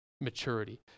maturity